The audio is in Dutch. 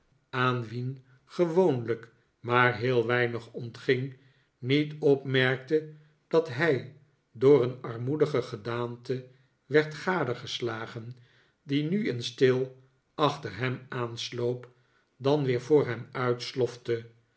aan wien gewoonlijk maar heel weinig ontging niet opmerkte dat hij door een armoedige gedaante werd gadegeslagen die nu eens stil achter hem aan sloop dan weer voor hem uit slofte